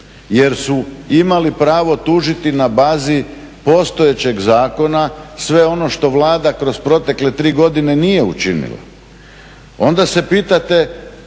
jer su imali pravo tužiti na bazi postojećeg zakona sve ono što Vlada kroz protekle 3 godine nije učinila. Onda se pitate